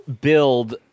build